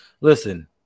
listen